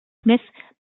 smith